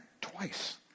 twice